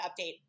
update